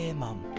yeah mum.